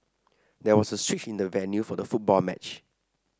there was a switch in the venue for the football match